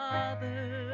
Father